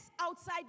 outside